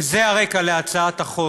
וזה הרקע להצעת החוק,